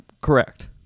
correct